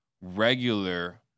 regular